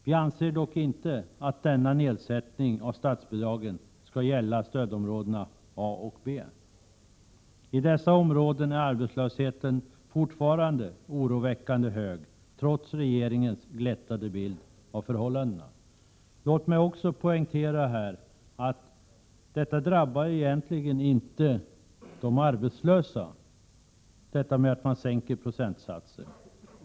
Vi anser dock inte att denna nedsättning av statsbidragen skall gälla stödområdena A och B. I dessa områden är arbetslösheten fortfarande oroväckande hög, trots regeringens glättade bild av förhållandena. Låt mig här också poängtera att detta med att man sänker procentsatsen egentligen inte drabbar de arbetslösa.